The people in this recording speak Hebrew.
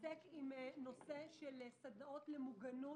שמתעסק בנושא של סדנאות למוגנות,